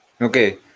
Okay